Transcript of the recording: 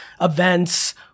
events